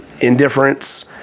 Indifference